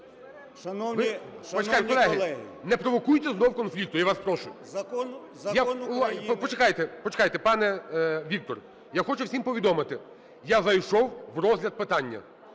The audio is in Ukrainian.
Колеги, не провокуйте знову конфлікту, я вас прошу! Почекайте, почекайте, пане Вікторе. Я хочу всім повідомити: я зайшов у розгляд питання,